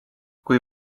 kui